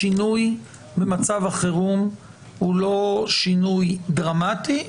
השינוי במצב החירום הוא לא שינוי דרמטי,